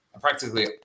Practically